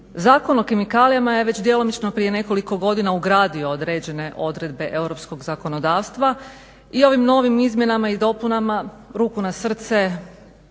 Zakon o kemikalijama je već djelomično prije nekoliko godina ugradio određene odredbe europskog zakonodavstva. I ovim novim izmjenama i dopunama, ruku na srce,